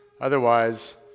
Otherwise